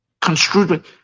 construed